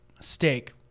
steak